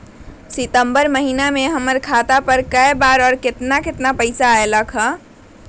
सितम्बर महीना में हमर खाता पर कय बार बार और केतना केतना पैसा अयलक ह?